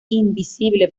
invisible